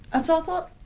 and so i thought,